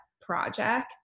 project